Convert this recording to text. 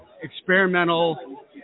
experimental